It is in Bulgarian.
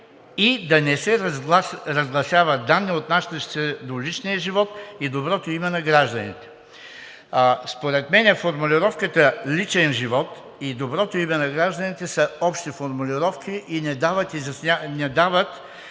„и да не се разгласяват данни, отнасящи се до личния живот и доброто име на гражданите“. Според мен формулировките „личен живот“ и „доброто име на гражданите“ са общи формулировки, като не дават